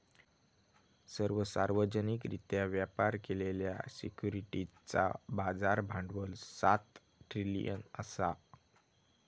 सर्व सार्वजनिकरित्या व्यापार केलेल्या सिक्युरिटीजचा बाजार भांडवल सात ट्रिलियन असा